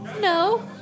No